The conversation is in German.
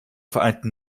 vereinten